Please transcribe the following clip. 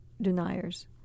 deniers